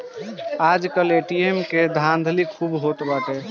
आजकल ए.टी.एम के धाधली खूबे होत बाटे